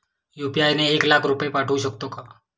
UPI ने एक लाख रुपये पाठवू शकतो का?